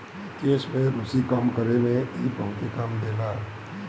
केश में रुसी कम करे में इ बहुते काम देला